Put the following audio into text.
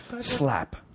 Slap